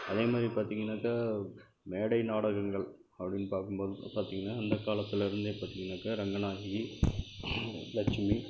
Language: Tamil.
அதே மாதிரி பார்த்திங்கனாக்க மேடை நாடகங்கள் அப்படினு பார்க்கும்போது பார்த்திங்கனா அந்தக்காலத்தில் இருந்தே பார்த்திங்கனாக்க ரங்கநாயகி லட்சுமி